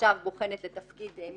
שעכשיו בוחנת מישהו לתפקיד,